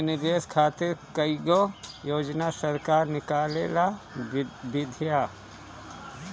भारत में निवेश खातिर कईगो योजना सरकार निकलले बिया